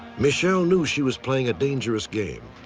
michele knew she was playing a dangerous game.